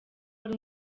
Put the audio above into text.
hari